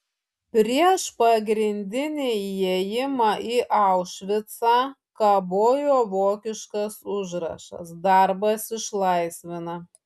prieš pagrindinį įėjimą į aušvicą kabojo vokiškas užrašas darbas išlaisvina